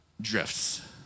drifts